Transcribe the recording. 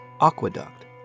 Aqueduct